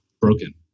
broken